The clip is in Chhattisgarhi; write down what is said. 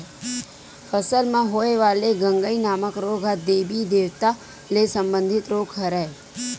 फसल म होय वाले गंगई नामक रोग ह देबी देवता ले संबंधित रोग हरय